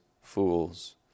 fools